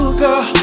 girl